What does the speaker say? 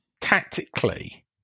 tactically